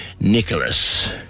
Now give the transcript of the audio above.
Nicholas